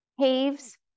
caves